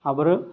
അവര്